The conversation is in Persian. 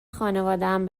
خانوادهام